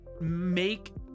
make